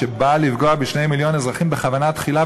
שבא לפגוע ב-2 מיליון אזרחים בכוונה תחילה,